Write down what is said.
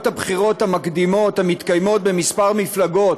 הבחירות המקדימות המתקיימות בכמה מפלגות,